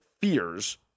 fears